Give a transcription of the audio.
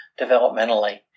developmentally